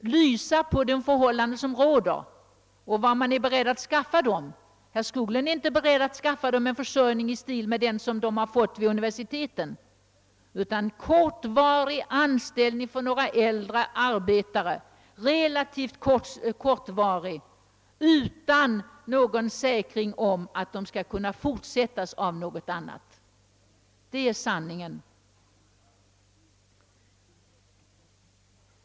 Och vad är man beredd att skaffa dessa människor? Herr Skoglund är inte beredd att skaffa dem en försörjning i stil med vad som erbjudits vid universitetet, utan det blir relativt kortvariga anställningar för en del äldre arbetare, anställningar utan någon säkerhet för att arbetena sedan kan följas av något annat. Det är sanningen!